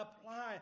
apply